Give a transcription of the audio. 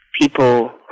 people